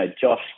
Josh